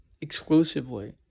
exclusively